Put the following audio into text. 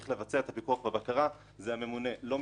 את הפיקוח והבקרה זה הממונה ולא משרד החקלאות.